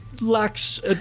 lacks